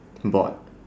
board